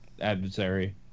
adversary